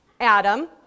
Adam